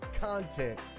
content